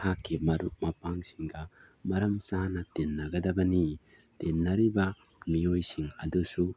ꯑꯩꯍꯥꯛꯀꯤ ꯃꯔꯨꯞ ꯃꯄꯥꯡꯁꯤꯒ ꯃꯔꯝ ꯆꯥꯅ ꯇꯤꯟꯅꯒꯗꯕꯅꯤ ꯇꯤꯟꯅꯔꯤꯕ ꯃꯤꯑꯣꯏꯁꯤꯡ ꯑꯗꯨꯁꯨ